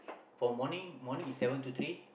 from morning morning is seven to three